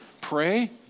Pray